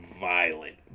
violent